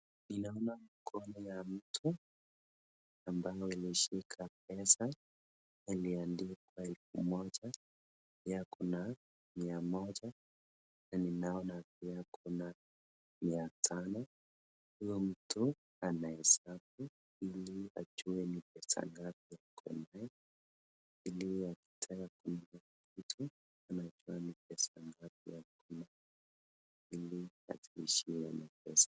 Ninaona mkono ya mtu ambalo ilishika pesa iliandikwa elfu moja. Yeye ako na mia moja na ninaona pia ako na mia tano. Huyo mtu anahesabu ili ajue ni pesa ngapi ako nayo ili akitaka kununua kitu anajua ni pesa ngapi ako nayo ili ajiepushe makosa.